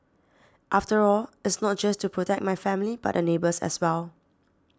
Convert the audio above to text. after all it's not just to protect my family but the neighbours as well